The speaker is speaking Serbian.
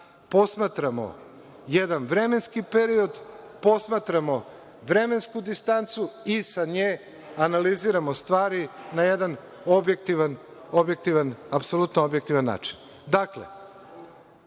Posmatramo jedan vremenski period, posmatramo vremensku distancu i sa nje analiziramo stvari na jedan apsolutno objektivan način. Dakle,